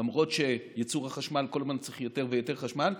למרות שבייצור החשמל כל הזמן צריך יותר ויותר חשמל,